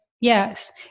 Yes